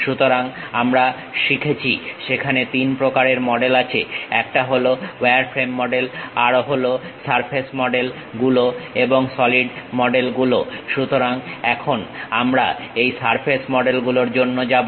সুতরাং আমরা শিখেছি সেখানে তিন প্রকারের মডেল আছে একটা হল ওয়ারফ্রেম মডেল আর হলো সারফেস মডেল গুলো এবং সলিড মডেল গুলো সুতরাং এখন আমরা এই সারফেস মডেলগুলোর জন্য যাবো